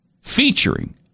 featuring